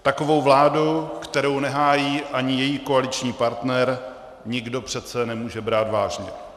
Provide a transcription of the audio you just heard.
Takovou vládu, kterou nehájí ani její koaliční partner, nikdo přece nemůže brát vážně.